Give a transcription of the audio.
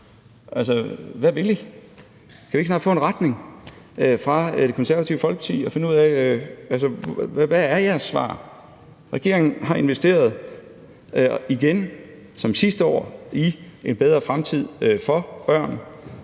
hvad vil I? Kan vi ikke snart få en retning fra Det Konservative Folkeparti og finde ud af, hvad jeres svar er? Regeringen har igen investeret – som sidste år – i en bedre fremtid for børn,